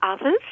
others